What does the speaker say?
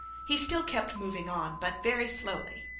he still kept moving on, but very slowly,